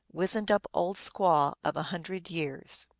wizened-up old squaw of a hundred years.